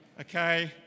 okay